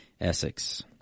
Essex